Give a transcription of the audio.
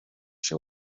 się